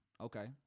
Okay